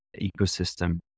ecosystem